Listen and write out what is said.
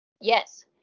yes